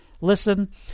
Listen